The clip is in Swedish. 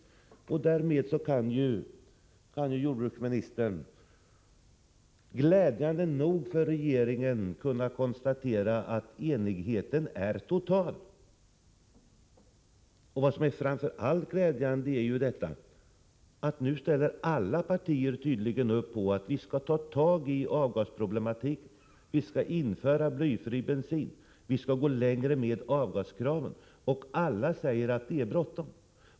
I och med detta kan jordbruksministern glädjande nog konstatera att enigheten är total i frågan. Vad som framför allt är glädjande är att tydligen alla partier nu anser att vi skall lösa avgasproblemen: vi skall införa blyfri bensin, vi skall gå längre med avgaskraven. Alla säger att det är bråttom.